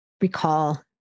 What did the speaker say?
recall